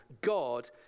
God